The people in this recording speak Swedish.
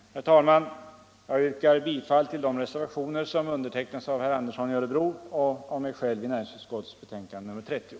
Herr talman! Jag yrkar bifall till de reservationer vid näringsutskottets betänkande nr 30 där herr Andersson i Örebro och jag själv står antecknade.